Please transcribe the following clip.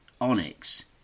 onyx